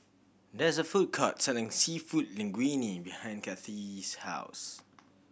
there is a food court selling Seafood Linguine behind Kathie's house